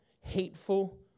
hateful